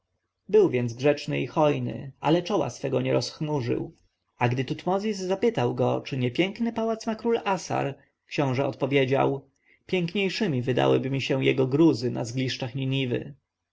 był więc grzeczny i hojny ale czoła swego nie rozchmurzył a gdy tutmozis zapytał go czy nie piękny pałac ma król assar książę odpowiedział piękniejszemi wydałyby mi się jego gruzy na zgliszczach niniwy